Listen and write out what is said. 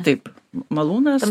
taip malūnas